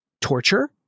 torture